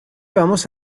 vamos